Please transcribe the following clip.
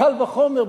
קל וחומר,